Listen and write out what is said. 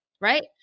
right